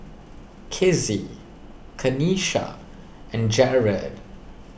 Kizzie Kanisha and Jered